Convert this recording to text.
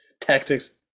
Tactics